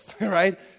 right